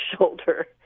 shoulder